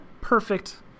perfect